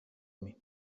min